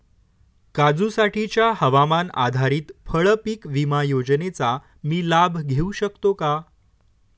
काजूसाठीच्या हवामान आधारित फळपीक विमा योजनेचा मी लाभ घेऊ शकतो का?